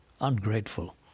Ungrateful